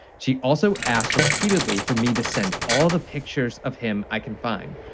she also asked repeatedly for me to send all the pictures of him i can find.